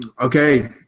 okay